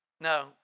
No